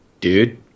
dude